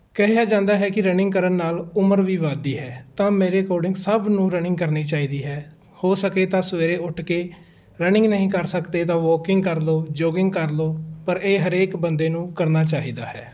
ਕਿਹਾ ਜਾਂਦਾ ਹੈ ਕੀ ਰਨਿੰਗ ਕਰਨ ਨਾਲ ਉਮਰ ਵੀ ਵੱਧਦੀ ਹੈ ਤਾਂ ਮੇਰੇ ਅਕੋਰਡਿੰਗ ਸਭ ਨੂੰ ਰਨਿੰਗ ਕਰਨੀ ਚਾਹੀਦੀ ਹੈ ਹੋ ਸਕੇ ਤਾਂ ਸਵੇਰੇ ਉੱਠ ਕੇ ਰਨਿੰਗ ਨਹੀਂ ਕਰ ਸਕਦੇ ਤਾਂ ਵੋਕਿੰਗ ਕਰ ਲਓ ਜੋਗਿੰਗ ਕਰ ਲਓ ਪਰ ਇਹ ਹਰੇਕ ਬੰਦੇ ਨੂੰ ਕਰਨਾ ਚਾਹੀਦਾ ਹੈ